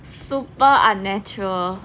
super unnatural